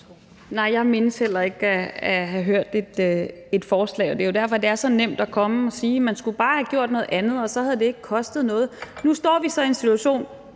Nej, jeg mindes heller ikke at have hørt et forslag. Det er jo derfor, det er så nemt at komme og sige, at man bare skulle have gjort noget andet, og så havde det ikke kostet noget. Nu står vi så i en situation,